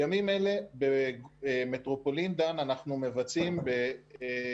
בימים אלה במטרופולין דן אנחנו מבצעים בעלות